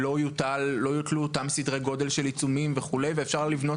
שלא יוטלו אותם סדרי גודל של עיצומים וכו' ואפשר לבנות